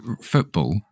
football